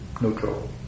neutral